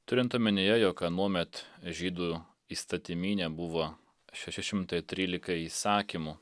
turint omenyje jog anuomet žydų įstatyminė buvo šeši šimtai trylika įsakymu